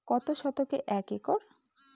কত শতকে এক একর?